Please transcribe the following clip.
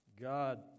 God